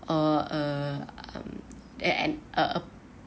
or uh um there and a